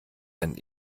ein